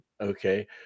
okay